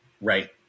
Right